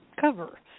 cover